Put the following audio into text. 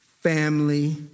family